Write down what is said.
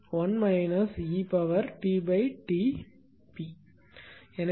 எனவே Ft0